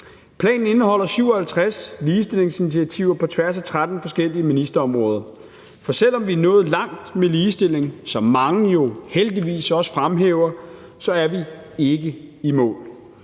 Planen indeholder 57 ligestillingsinitiativer på tværs af 13 forskellige ministerområder. For selv om vi er nået langt med ligestilling, som mange jo heldigvis også fremhæver, så er vi ikke i mål.